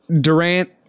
Durant